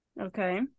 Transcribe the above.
Okay